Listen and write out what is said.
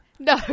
No